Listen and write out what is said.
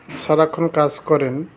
সারাক্ষণ কাজ করেন